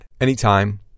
anytime